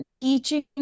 teaching